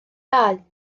dau